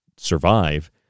survive